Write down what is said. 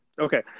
Okay